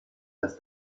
das